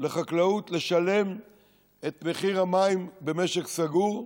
לחקלאות לשלם את מחיר המים במשק סגור,